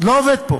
לא עובד פה,